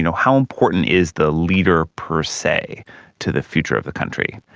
you know how important is the leader per se to the future of the country?